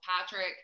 Patrick